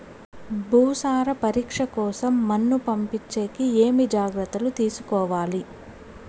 భూసార పరీక్ష కోసం మన్ను పంపించేకి ఏమి జాగ్రత్తలు తీసుకోవాలి?